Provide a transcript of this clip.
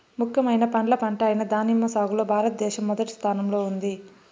ముఖ్యమైన పండ్ల పంట అయిన దానిమ్మ సాగులో భారతదేశం మొదటి స్థానంలో ఉంది